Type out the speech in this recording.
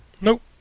Nope